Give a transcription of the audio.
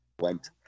Went